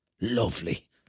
Lovely